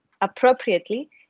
appropriately